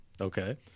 Okay